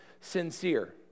sincere